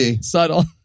Subtle